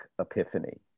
epiphany